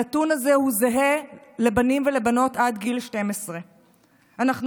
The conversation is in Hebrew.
הנתון הזה הוא זהה לבנים ולבנות עד גיל 12. אנחנו